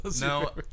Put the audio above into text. No